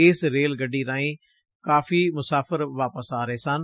ਇਸ ਰੇਲ ਗੱਡੀ ਰਾਹੀਂ ਕਾਫੀ ਮੁਸਫਿਰ ਵਾਪਸ ਆ ਰਹੇ ਸਨ